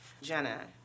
Jenna